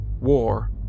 War